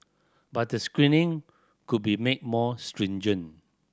but the screening could be made more stringent